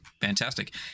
Fantastic